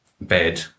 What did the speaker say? bed